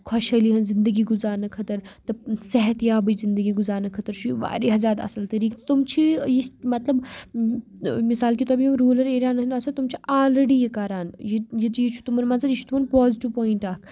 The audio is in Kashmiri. خۄش ہٲلی ہنٛز زندگی گُزارنہٕ خٲطر صحت یابٔچ زندگی گُزارنہٕ خٲطرٕ چھُ یہِ واریاہ زیادٕ اَصٕل طٔریٖقہٕ تِم چھِ یہِ مطلب مَثال کے طور پر یم رورل ایریاز ہِندۍ آسان تِم چھِ آلریڈی یہِ کران یہِ چیٖز چھُ تِمن منٛز یہِ چھُ تِمن پازٹِو پوینٹ اکھ